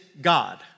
God